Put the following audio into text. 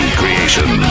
creation